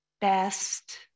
best